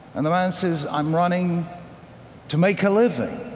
and the man says, i'm running to make a living.